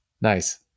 nice